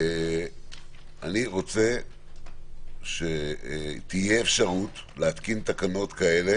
אני רוצה שתהיה אפשרות להתקין תקנות כאלה